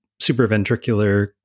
supraventricular